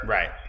Right